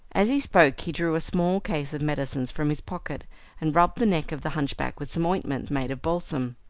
as he spoke he drew a small case of medicines from his pocket and rubbed the neck of the hunchback with some ointment made of balsam.